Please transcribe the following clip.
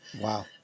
Wow